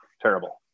terrible